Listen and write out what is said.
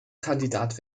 kandidat